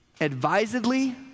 advisedly